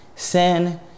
Sin